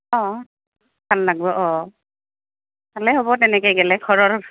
অঁ ভাল লাগিব অঁ ভালে হ'ব তেনেকৈ গ'লে ঘৰৰ